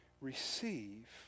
receive